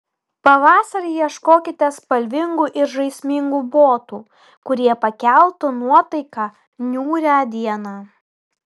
pavasarį ieškokite spalvingų ir žaismingų botų kurie pakeltų nuotaiką niūrią dieną